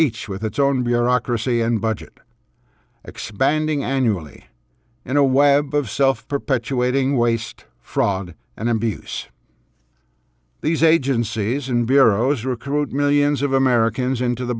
each with its own bureaucracy and budget expanding annually in a web of self perpetuating waste fraud and abuse these agencies and bureaus recruit millions of americans into the